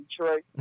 Detroit